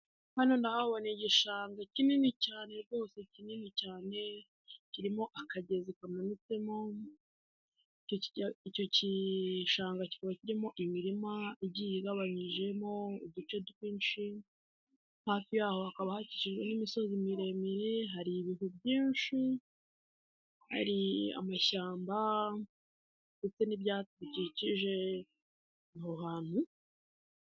Hano nabonye igishanga kinini cyane rwose kinini cyane kirimo akagezi kamanutsemo, icyo kishanga kikaba kirimo imirima igiye igabanyijemo uduce twinshi, hafi yaho hakaba hakijwe n'imisozi miremire, hari ibihu byinshi, hari amashyamba ndetse n'ibyadukikije aho hantu.